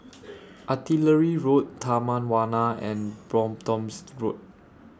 Artillery Road Taman Warna and Bromptons Road